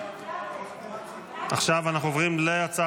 אנחנו עוברים לנושא